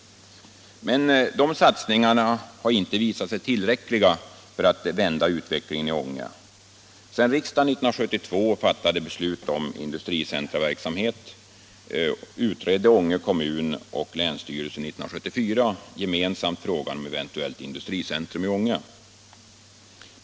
Men dessa satsningar har inte visat sig tillräckliga för att vända utvecklingen i Ånge. Sedan riksdagen 1972 fattat beslut om industricenterverksamhet utredde Ånge kommun och länsstyrelsen år 1974 gemensamt frågan om ett eventuellt industricentrum i Ånge.